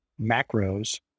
macros